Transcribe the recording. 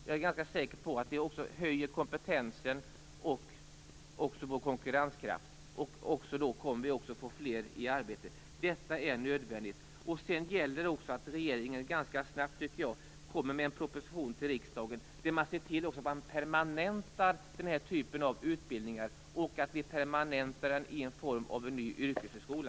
Jag är säker på att vi också höjer kompetensen och får konkurrenskraft, och därmed kommer fler i arbete. Detta är nödvändigt. Sedan gäller det också att regeringen ganska snabbt kommer med en proposition till riksdagen där man ser till att permanenta den här typen av utbildningar och att permanenta den i form av en ny yrkeshögskola.